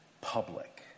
public